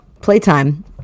Playtime